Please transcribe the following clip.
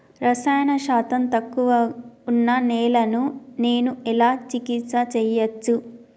రసాయన శాతం తక్కువ ఉన్న నేలను నేను ఎలా చికిత్స చేయచ్చు?